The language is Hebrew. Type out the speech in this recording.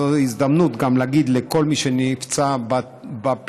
זו הזדמנות גם להגיד לכל מי שנפצע בפיגוע